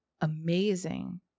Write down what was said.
amazing